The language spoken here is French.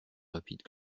rapide